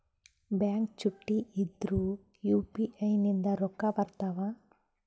Bank ಚುಟ್ಟಿ ಇದ್ರೂ UPI ನಿಂದ ರೊಕ್ಕ ಬರ್ತಾವಾ?